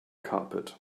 carpet